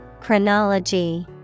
Chronology